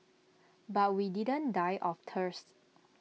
but we didn't die of thirst